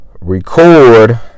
record